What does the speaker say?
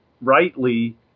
rightly